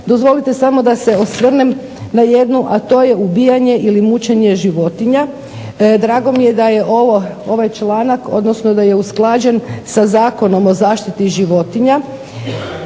dozvolite samo da se osvrnem na jednu, a to je ubijanje ili mučenje životinja. Drago mi je ovaj članak odnosno da je usklađen sa Zakonom o zaštiti životinja,